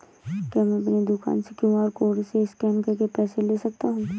क्या मैं अपनी दुकान में क्यू.आर कोड से स्कैन करके पैसे ले सकता हूँ?